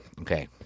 Okay